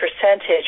percentage